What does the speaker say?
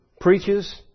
preaches